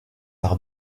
par